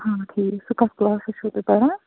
آ ٹھیٖک سُہ کَتھ کٕلاسَس چھُو تُہۍ پران